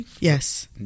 yes